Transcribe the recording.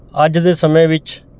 ਅੱਜ ਦੇ ਸਮੇਂ ਵਿੱਚ